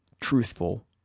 truthful